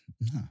No